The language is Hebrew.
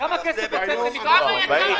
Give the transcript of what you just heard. הצבעה לא נתקבלה.